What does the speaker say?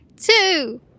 two